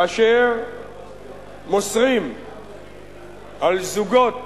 כאשר מוסרים על זוגות,